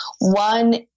One